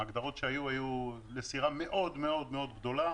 ההגדרות היו לסירה מאוד מאוד גדולה,